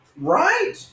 Right